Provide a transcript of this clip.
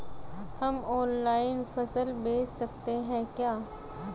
हम ऑनलाइन फसल बेच सकते हैं क्या?